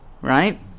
right